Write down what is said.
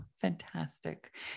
fantastic